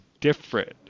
different